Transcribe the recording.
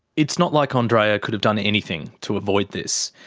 it's not like andreea could've done anything to avoid this.